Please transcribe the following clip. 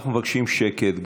אנחנו מבקשים שקט,